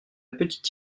petite